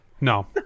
No